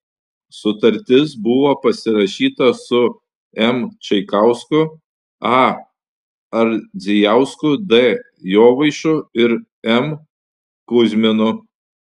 sutartis buvo pasirašyta su m čaikausku a ardzijausku d jovaišu ir m kuzminu